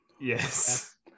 Yes